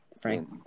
Frank